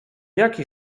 jaki